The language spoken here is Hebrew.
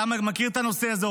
אתה מכיר את הנושא הזה,